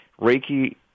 Reiki